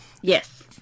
Yes